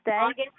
August